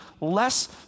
less